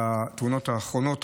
לתאונות האחרונות,